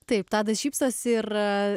taip tadas šypsosi ir